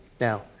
Now